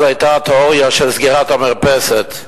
אז היתה תיאוריה של סגירת המרפסת.